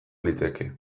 liteke